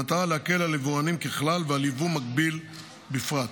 במטרה להקל על יבואנים ככלל ועל יבוא מקביל בפרט,